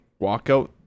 walkout